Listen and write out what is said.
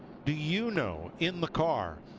do you know, in the car,